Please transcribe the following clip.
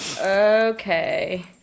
Okay